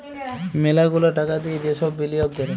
ম্যালা গুলা টাকা দিয়ে যে সব বিলিয়গ ক্যরে